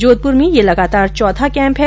जोधपुर में यह लगातार चौथा कैंप है